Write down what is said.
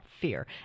fear